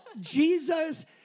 Jesus